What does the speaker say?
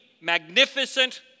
magnificent